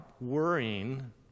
worrying